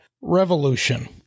revolution